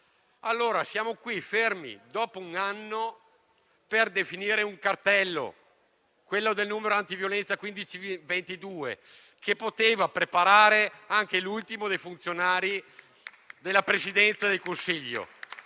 siamo fermi qui, dopo un anno, per definire un cartello, quello del numero antiviolenza 1522, che avrebbe potuto essere preparato anche dall'ultimo dei funzionari della Presidenza del Consiglio